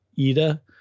Ida